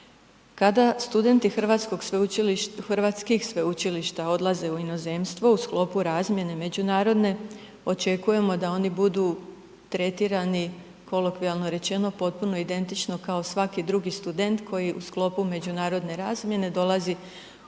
Kada studenti hrvatskih sveučilišta odlaze u inozemstvo u sklopu razmjene međunarodne očekujemo da oni budu tretirani kolokvijalno rečeno potpuno identično kao svaki drugi student koji u sklopu međunarodne razmjene dolazi u Hrvatsku